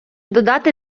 додати